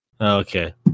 okay